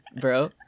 bro